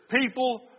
People